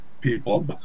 people